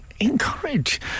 encourage